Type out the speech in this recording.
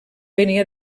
venia